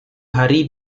hari